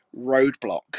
roadblock